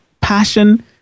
passion